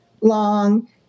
long